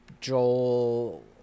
Joel